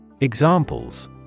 Examples